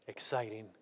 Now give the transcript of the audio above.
exciting